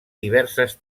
diverses